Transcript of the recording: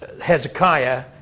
Hezekiah